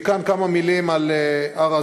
מכאן, כמה מילים על הר-הזיתים: